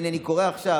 הינה, אני קורא עכשיו